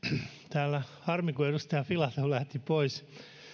harmi kun edustaja filatov lähti pois